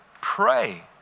pray